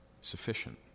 sufficient